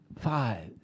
five